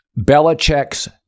Belichick's